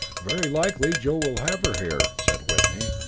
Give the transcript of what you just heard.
very likely joe will have her here, said whitney.